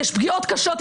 יש פגיעות קשות,